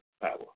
power